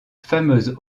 fameuse